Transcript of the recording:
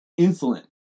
insulin